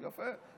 יפה.